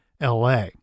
LA